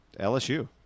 LSU